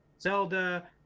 zelda